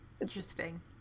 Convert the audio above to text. Interesting